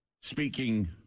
speaking